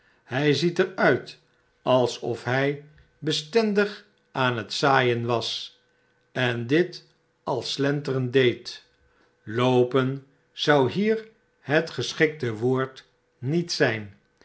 hy ziet er uit alsof hij bestendig aan het zaaien was en dit al slenterend deed loopen zou hier het geschikte woord niet zijn